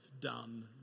done